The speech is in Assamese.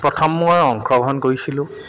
প্ৰথম মই অংশগ্ৰহণ কৰিছিলোঁ